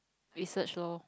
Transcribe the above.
research lor